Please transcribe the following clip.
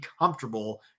comfortable